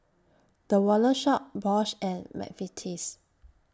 The Wallet Shop Bosch and Mcvitie's